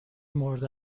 مورد